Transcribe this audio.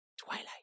Twilight